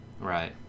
Right